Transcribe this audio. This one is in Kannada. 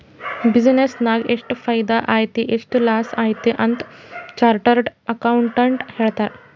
ಬಿಸಿನ್ನೆಸ್ ನಾಗ್ ಎಷ್ಟ ಫೈದಾ ಆಯ್ತು ಎಷ್ಟ ಲಾಸ್ ಆಯ್ತು ಅಂತ್ ಚಾರ್ಟರ್ಡ್ ಅಕೌಂಟೆಂಟ್ ಹೇಳ್ತಾರ್